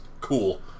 cool